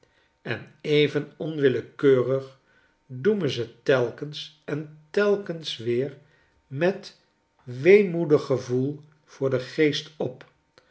en even onwillekeurig doemen ze telkens en telkens weer met weemoedig gevoel voor den geest op